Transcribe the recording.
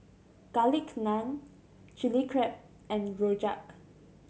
Garlic Naan Chili Crab and rojak